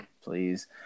please